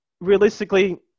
realistically